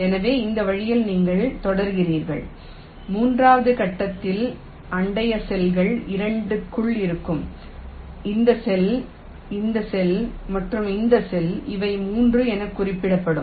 எனவே இந்த வழியில் நீங்கள் தொடர்கிறீர்கள் மூன்றாவது கட்டத்தில் அண்டை செல்கள் 2 க்குள் இருக்கும் இந்த செல் இந்த செல் மற்றும் இந்த செல் அவை 3 என குறிக்கப்படும்